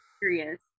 curious